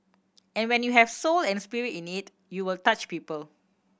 and when you have soul and spirit in it you will touch people